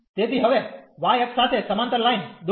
તેથી હવે y અક્ષ સાથે સમાંતર લાઈન દોરો